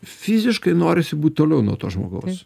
fiziškai norisi būt toliau nuo to žmogaus